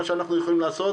מה שאנחנו יכולים לעשות,